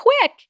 quick